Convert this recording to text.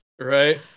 right